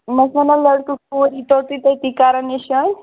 یِم ٲسۍ وَنان لٔڑکہٕ کوٗر یِی توٚتُے تٔتَی کَرَن نِشٲنۍ